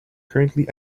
currently